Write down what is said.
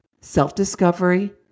self-discovery